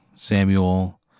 Samuel